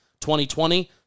2020